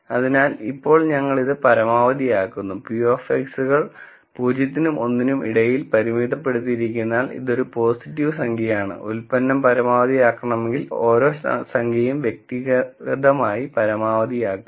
അതിനാൽ ഇപ്പോൾ ഞങ്ങൾ ഇത് പരമാവധിയാക്കുന്നു p of X കൾ 0 നും 1 നും ഇടയിൽ പരിമിതപ്പെടുത്തിയിരിക്കുന്നതിനാൽ ഇതൊരു പോസിറ്റീവ് സംഖ്യയാണ് ഉൽപ്പന്നം പരമാവധിയാക്കണമെങ്കിൽ ഓരോ സംഖ്യയും വ്യക്തിഗതമായി പരമാവധിയാക്കുക